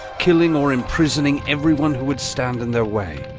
killing or imprisoning everyone who would stand in their way.